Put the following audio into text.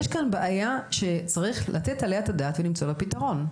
יש כאן בעיה שהיא לא קטנה וצריך לתת עליה את הדעת ולמצוא לה פתרון.